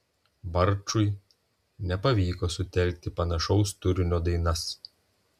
barčui nepavyko sutelkti panašaus turinio dainas